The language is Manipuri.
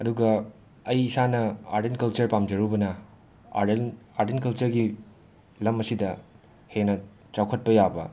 ꯑꯗꯨꯒ ꯑꯩ ꯏꯁꯥꯅ ꯑꯥꯔꯠ ꯑꯦꯟ ꯀꯜꯆꯔ ꯄꯥꯝꯖꯔꯨꯕꯅ ꯑꯥꯔꯠ ꯑꯦꯟ ꯑꯥꯔꯠ ꯑꯦꯟ ꯀꯜꯆꯔꯒꯤ ꯂꯝ ꯑꯁꯤꯗ ꯍꯦꯟꯅ ꯆꯥꯎꯈꯠꯄ ꯌꯥꯕ